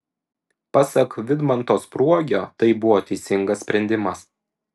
pasak vidmanto spruogio tai buvo teisingas sprendimas